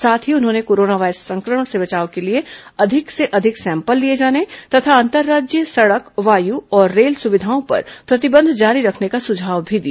साथ ही उन्होंने कोरोना वायरस संक्रमण से बचाव के लिए अधिक से अधिक सैंपल लिए जाने तथा अंतर्राज्यीय सड़क वायु और रेल सुविधाओं पर प्रतिबंध जारी रखने का सुझाव भी दिया